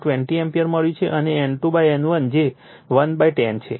તેથી I2 20 ampere મળ્યું અને N2 N1 જે 1 10 છે